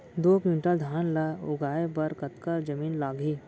दो क्विंटल धान ला उगाए बर कतका जमीन लागही?